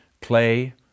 Play